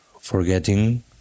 forgetting